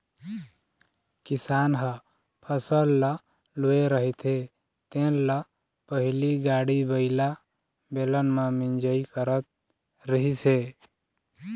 किसान ह फसल ल लूए रहिथे तेन ल पहिली गाड़ी बइला, बेलन म मिंजई करत रिहिस हे